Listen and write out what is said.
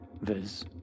viz